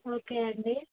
okay అండి